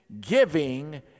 Giving